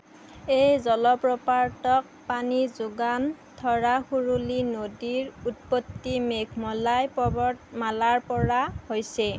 এই জলপ্ৰপাতক পানী যোগান ধৰা সুৰুলি নদীৰ উৎপত্তি মেঘমলাই পৰ্বতমালাৰ পৰা হৈছে